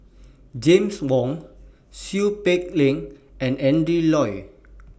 James Wong Seow Peck Leng and Adrin Loi